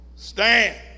Stand